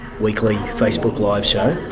weekly facebook live show,